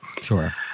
Sure